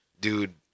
dude